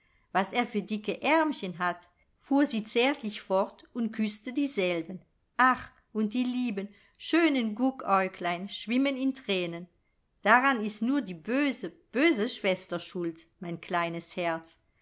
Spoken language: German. was er für dicke aermchen hat fuhr sie zärtlich fort und küßte dieselben ach und die lieben schönen guckäuglein schwimmen in thränen daran ist nur die böse böse schwester schuld mein kleines herz